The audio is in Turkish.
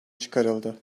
çıkarıldı